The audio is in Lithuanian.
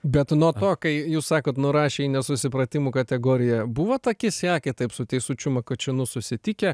bet nuo to kai jūs sakot nurašė į nesusipratimų kategoriją buvot akis į akį taip su teisučiu makačinu susitikę